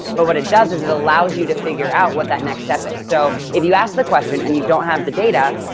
but what it does is it allows you to figure out what that next step is. so if you ask the question and you don't have the data,